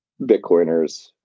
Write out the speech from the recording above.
Bitcoiners